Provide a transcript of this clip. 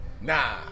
Nah